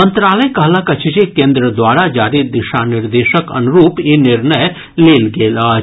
मंत्रालय कहलक अछि जे केन्द्र द्वारा जारी दिशा निर्देशक अनुरूप ई निर्णय लेल गेल अछि